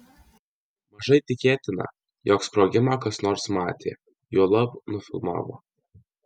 mažai tikėtina jog sprogimą kas nors matė juolab nufilmavo